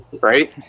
right